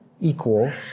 equal